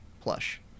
plush